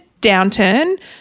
downturn